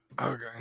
Okay